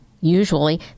usually